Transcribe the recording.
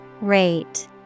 Rate